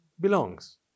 belongs